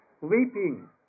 weeping